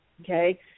Okay